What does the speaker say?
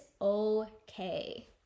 okay